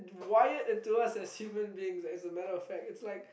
wired into us as humans beings like it's a matter of fact it's like